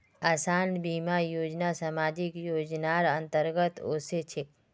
आसान बीमा योजना सामाजिक योजनार अंतर्गत ओसे छेक